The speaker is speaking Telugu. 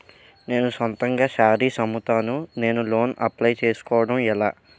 నేను సొంతంగా శారీస్ అమ్ముతాడ, నేను లోన్ అప్లయ్ చేసుకోవడం ఎలా?